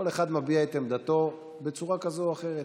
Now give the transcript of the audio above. כל אחד מביע את עמדתו בצורה כזאת או אחרת.